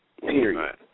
period